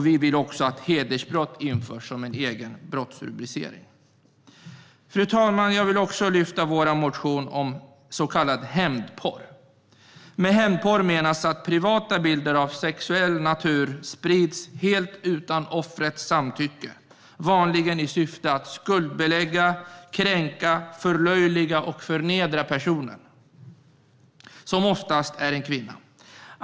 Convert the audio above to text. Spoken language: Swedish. Vi vill också att hedersbrott införs som en egen brottsrubricering. Fru talman! Jag vill också lyfta upp vår motion om så kallad hämndporr. Med hämndporr menas att privata bilder av sexuell natur sprids helt utan offrets samtycke, vanligen i syfte att skuldbelägga, kränka, förlöjliga och förnedra personen, som oftast är en kvinna.